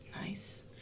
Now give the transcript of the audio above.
Nice